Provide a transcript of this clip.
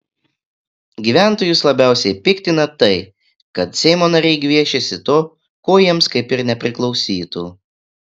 gyventojus labiausiai piktina tai kad seimo nariai gviešiasi to ko jiems kaip ir nepriklausytų